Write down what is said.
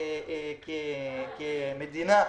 כמדינה,